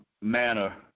manner